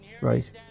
Right